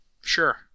Sure